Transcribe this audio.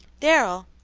darrell,